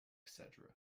cetera